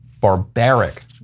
barbaric